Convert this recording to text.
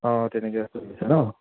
অঁ তেনেকৈ চলিছে নহ্